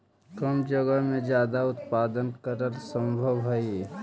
कम जगह में ज्यादा उत्पादन करल सम्भव हई